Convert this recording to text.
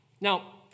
Now